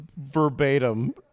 verbatim